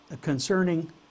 concerning